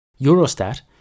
Eurostat